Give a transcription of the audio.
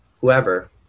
whoever